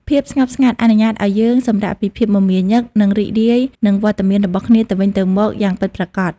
ភាពស្ងប់ស្ងាត់អនុញ្ញាតឱ្យយើងសម្រាកពីភាពមមាញឹក និងរីករាយនឹងវត្តមានរបស់គ្នាទៅវិញទៅមកយ៉ាងពិតប្រាកដ។